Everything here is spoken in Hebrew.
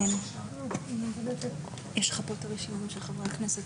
(היו"ר משה טור פז)